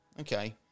Okay